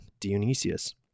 Dionysius